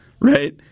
right